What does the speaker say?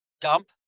dump